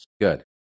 Good